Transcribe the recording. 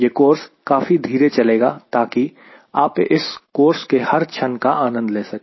यह कोर्स काफी धीरे चलेगा ताकि आप सब इस कोर्स के हर क्षण का आनंद ले सके